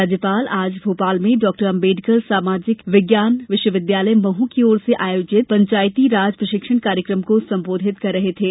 राज्यपाल आज भोपाल में डॉ अम्बेडकर सामाजिक विज्ञान विश्वविद्यालय मह की ओर से आयोजित पंचायती राज प्रशिक्षण कार्यक्रम को संबोधित कर रहे थे